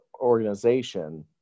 organization